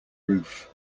roof